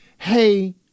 hey